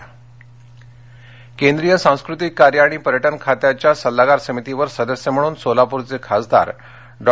निवड केंद्रीयसांस्कृतिक कार्य आणि पर्यटनखात्याध्या सल्लागार समितीवर सदस्य म्हणून सोलापूरचे खासदार डॉ